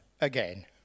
again